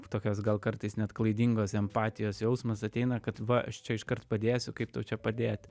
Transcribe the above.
tokios gal kartais net klaidingos empatijos jausmas ateina kad va aš čia iškart padėsiu kaip tau čia padėti